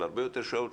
של הרבה יותר שעות,